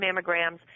mammograms